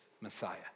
Messiah